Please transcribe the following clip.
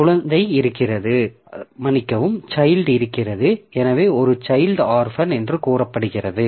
குழந்தை இருக்கிறது எனவே ஒரு சைல்ட் ஆர்ஃபன் என்று கூறப்படுகிறது